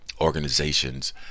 organizations